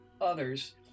others